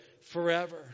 forever